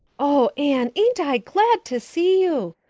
oh, anne, ain't i glad to see you!